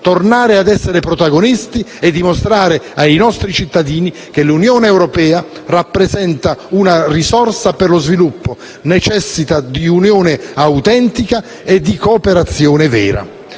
tornare ad essere protagonisti e dimostrare ai nostri cittadini che l'Unione europea rappresenta una risorsa per lo sviluppo, necessita di unione autentica e di cooperazione vera.